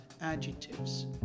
adjectives